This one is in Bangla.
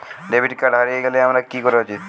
ডেবিট কার্ড হারিয়ে গেলে আমার কি করা উচিৎ?